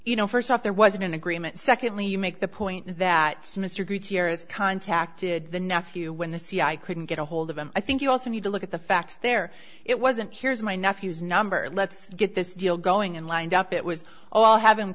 you know first off there was an agreement secondly you make the point that mr gutierrez contacted the nephew when the c i couldn't get a hold of him i think you also need to look at the facts there it wasn't here's my nephew's number let's get this deal going and lined up it was all have him